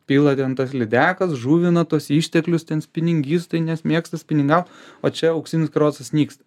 pila ten tas lydekas žuvina tuos išteklius ten spiningistai nes mėgsta spiningaut o čia auksinis karosas nyksta